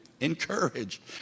Encourage